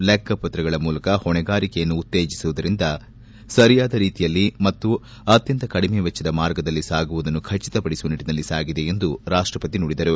ಲೆಕ್ಕಪತ್ರಗಳ ಮೂಲಕ ಹೊಣೆಗಾರಿಕೆಯನ್ನು ಉತ್ತೇಜಿಸುವುದರಿಂದ ಹಿಡಿದು ಸರಿಯಾದ ರೀತಿಯಲ್ಲಿ ಮತ್ತು ಅತ್ಯಂತ ಕಡಿಮೆ ವೆಚ್ಚದ ಮಾರ್ಗದಲ್ಲಿ ಸಾಗುವುದನ್ನು ಖಚಿತಪಡಿಸುವ ನಿಟ್ಟನಲ್ಲಿ ಸಾಗಿದೆ ಎಂದು ರಾಷ್ಷಪತಿ ನುಡಿದರು